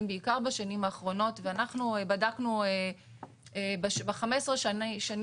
בעיקר בשנים האחרונות ואנחנו בדקנו ב-15 השנים